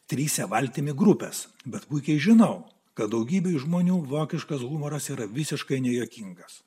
trise valtimi grupės bet puikiai žinau kad daugybei žmonių vokiškas humoras yra visiškai nejuokingas